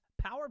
Power